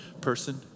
person